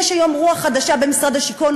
יש היום רוח חדשה במשרד השיכון,